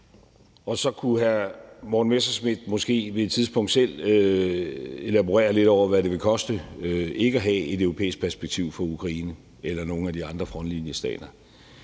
Så kunne hr. Morten Messerschmidt måske på et tidspunkt selv elaborere lidt på, hvad det ville koste ikke at have et europæisk perspektiv for Ukraine eller nogle af de andre frontlinjestater.